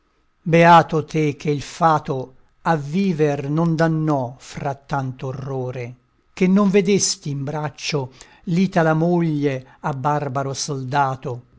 beato te che il fato a viver non dannò fra tanto orrore che non vedesti in braccio l'itala moglie a barbaro soldato